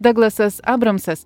daglasas abramsas